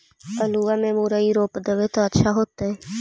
आलुआ में मुरई रोप देबई त अच्छा होतई?